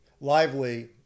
lively